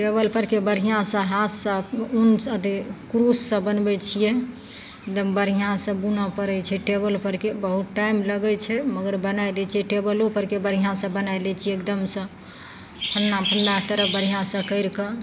table परके बढ़िआँसँ हाथसँ ऊनसँ अथी कुरूससँ बनबय छियै एकदम बढ़िआँसँ बुनऽ पड़य छै टेबल परके बहुत टाइम लगय छै मगर बनाय लै छियै टेबलो परके बढ़िआँसँ बनाय लै छियै एकदमसँ फन्दा फन्दा तरह बढ़िआँसँ करिके